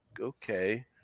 Okay